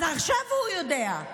אז עכשיו הוא יודע.